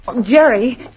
Jerry